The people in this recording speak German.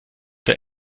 der